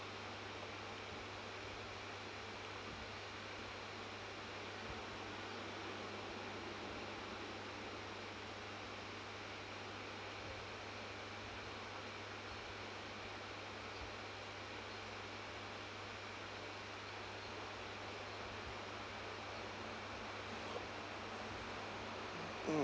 mm